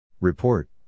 Report